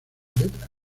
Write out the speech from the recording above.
letra